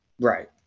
Right